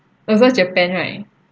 also japan right